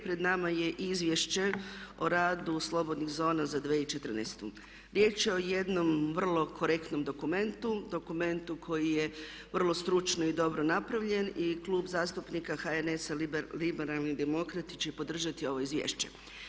Pred nama je Izvješće o radu slobodnih zona za 2014. riječ je o jednom vrlo korektnom dokumentu, dokumentu koji je vrlo stručno i dobro napravljen i Klub zastupnika HNS-a Liberalni demokrati će podržati ovo izvješće.